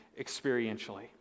experientially